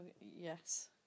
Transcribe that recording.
yes